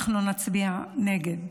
אנחנו נצביע נגד,